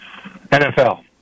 NFL